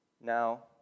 Now